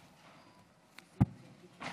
את קולך